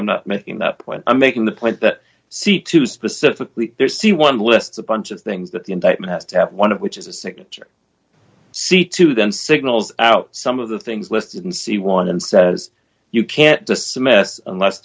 i'm not making that point i'm making the point that seek to specifically there see one lists a bunch of things that the indictment has to have one of which is a signature see to then signals out some of the things listed and see one says you can't dismiss unless